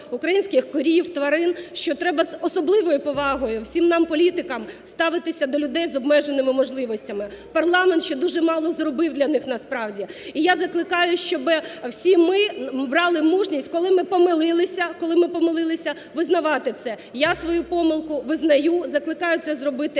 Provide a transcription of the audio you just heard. українських корів, тварин, що треба з особливою повагою всім нам політикам ставитися до людей з обмеженими можливостями. Парламент ще дуже мало зробив для них насправді. І я закликаю, щоб всі ми брали мужність, коли ми помилилися, коли ми помилилися, визнавати це. Я свою помилку визнаю, закликаю це зробити